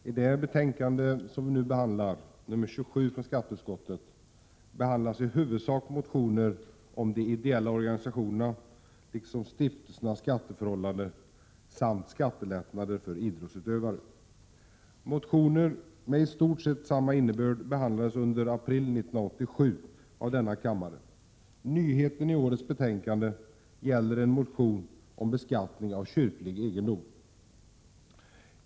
Fru talman! I det betänkande som vi nu behandlar, nr 27 från skatteutskottet, behandlas i huvudsak motioner om de ideella organisationerna liksom stiftelsernas skatteförhållanden samt skattelättnader för idrottsutövare. Motioner med i stort samma innebörd behandlades under april 1987 av denna kammare. Nyheten i årets betänkande gäller en motion om beskattning av kyrklig egendom.